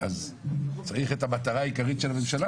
אז צריך את המטרה העיקרית של הממשלה,